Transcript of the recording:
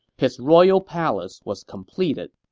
his royal palace was completed.